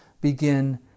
begin